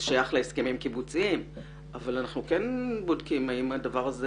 זה שייך להסכמים קיבוציים אבל אנחנו כן בודקים האם הדבר הזה